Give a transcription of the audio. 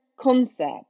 concept